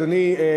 אדוני,